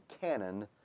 canon